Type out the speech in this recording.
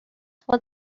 for